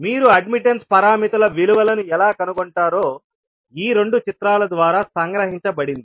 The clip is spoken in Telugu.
మీరు అడ్మిట్టన్స్ పారామితుల విలువలను ఎలా కనుగొంటారో ఈ రెండు చిత్రాల ద్వారా సంగ్రహించబడింది